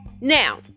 now